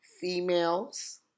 females